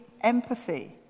empathy